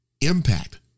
impact